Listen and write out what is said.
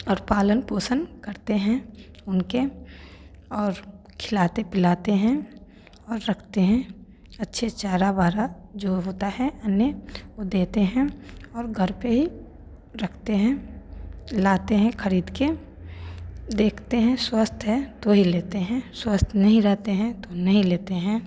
और पालन पोषण करते हैं उनके और खिलाते पिलातें हैं और रखते हैं अच्छे चारा वारा जो होता है उन्हें वो देते हैं और घर पर ही रखते हैं लाते हैं खरीद के देखते हैं स्वस्थ है तो ही लेते हैं स्वस्थ नहीं रहते हैं तो नहीं लेते हैं